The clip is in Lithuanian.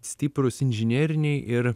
stiprūs inžineriniai ir